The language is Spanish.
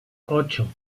ocho